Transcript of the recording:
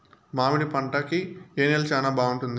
మామిడి పంట కి ఏ నేల చానా బాగుంటుంది